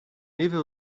evil